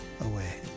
away